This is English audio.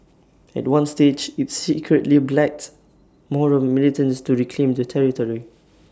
at one stage IT secretly blacked Moro militants to reclaim the territory